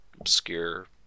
obscure